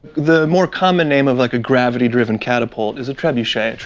the more common name of like a gravity-driven catapult is a trebuchet.